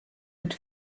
mit